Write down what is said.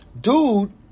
dude